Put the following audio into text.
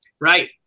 Right